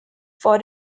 for